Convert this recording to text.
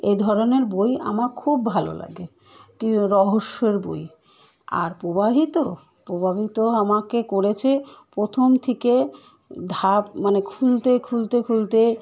এ ধরনের বই আমার খুব ভালো লাগে কি রহস্যর বই আর প্রভাবিত প্রভাবিত আমাকে করেছে প্রথম থেকে ধাপ মানে খুলতে খুলতে খুলতে